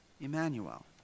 Emmanuel